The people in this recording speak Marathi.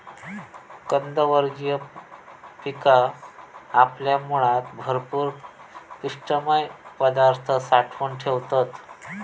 कंदवर्गीय पिका आपल्या मुळात भरपूर पिष्टमय पदार्थ साठवून ठेवतत